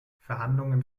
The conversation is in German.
verhandlungen